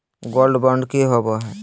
Gold bond की होबो है?